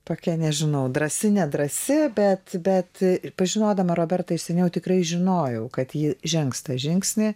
tokia nežinau drąsi nedrąsi bet bet ir pažinodama robertą iš seniau tikrai žinojau kad ji žengs tą žingsnį